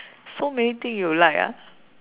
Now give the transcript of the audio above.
so many thing you like ah